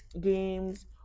games